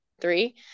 three